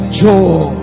joy